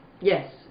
Yes